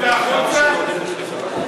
עכשיו תוציא אותה החוצה?